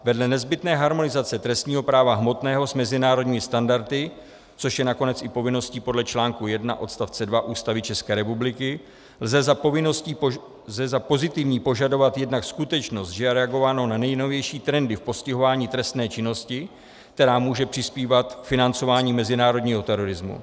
Vedle nezbytné harmonizace trestního práva hmotného s mezinárodními standardy, což je nakonec i povinností podle článku 1 odst. 2 Ústavy České republiky, lze za pozitivní požadovat jednak skutečnost, že je reagováno na nejnovější trendy v postihování trestné činnosti, která může přispívat k financování mezinárodního terorismu.